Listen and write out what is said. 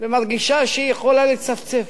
ומרגישה שהיא יכולה לצפצף.